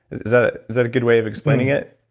is that ah is that a good way of explaining it?